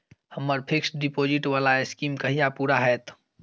हम्मर fixed deposit वला scheme कहिया पूरा हैत?